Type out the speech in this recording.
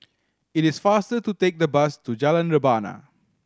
it is faster to take the bus to Jalan Rebana